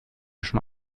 schon